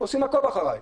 עושים "עקוב אחרי".